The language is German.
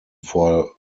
vor